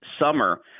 summer